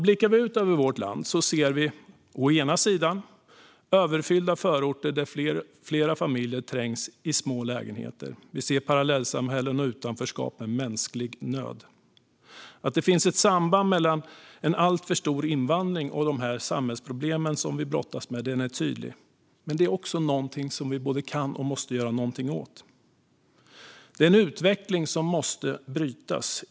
Blickar vi ut över vårt land så ser vi å ena sidan överfyllda förorter där flera familjer trängs i små lägenheter. Vi ser parallellsamhällen och utanförskap med mänsklig nöd. Att det finns ett samband mellan en alltför stor invandring och de samhällsproblem vi brottas med är tydligt. Men det är också någonting som vi kan och måste göra någonting åt. Det är en utveckling som måste brytas.